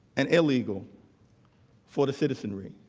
and illegal for the citizenry